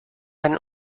ein